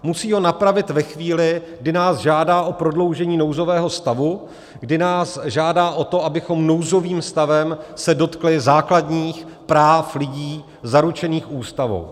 Musí ho napravit ve chvíli, kdy nás žádá o prodloužení nouzového stavu, kdy nás žádá o to, abychom nouzovým stavem se dotkli základních práv lidí zaručených Ústavou.